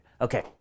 Okay